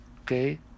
Okay